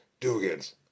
Dugans